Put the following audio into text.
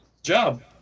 Job